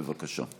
בבקשה.